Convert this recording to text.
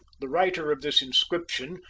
the writer of this inscription,